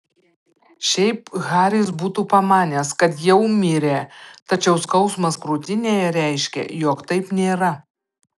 šiaip haris būtų pamanęs kad jau mirė tačiau skausmas krūtinėje reiškė jog taip nėra